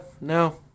no